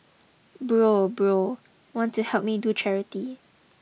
bro bro want to help me do charity